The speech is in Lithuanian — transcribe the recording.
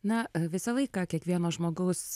na visą laiką kiekvieno žmogaus